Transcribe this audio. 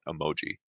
emoji